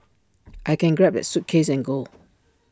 I can grab that suitcase and go